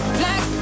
black